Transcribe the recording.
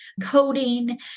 coding